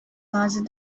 caused